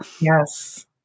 Yes